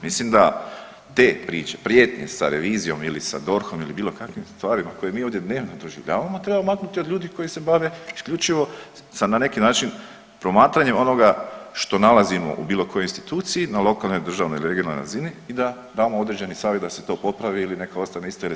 Mislim da te priče, prijetnje sa revizijom ili sa DORH-om ili bilo kakvim stvarima koje mi ovdje dnevno doživljavamo treba maknuti od ljudi koji se bave isključivo sa na neki način promatranjem onoga što nalazimo u bilo kojoj instituciji na lokalnoj, državnoj, regionalnoj razini i da damo određeni savjet da se to popravi ili neka ostane isto jer je sve ukinuto.